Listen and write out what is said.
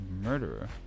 Murderer